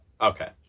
Okay